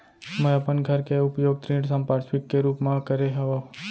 मै अपन घर के उपयोग ऋण संपार्श्विक के रूप मा करे हव